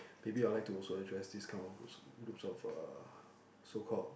maybe I'll like to also address this kind of groups groups of uh so called